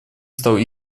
стал